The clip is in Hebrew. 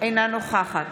אינה נוכחת